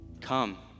come